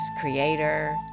creator